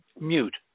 mute